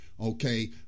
okay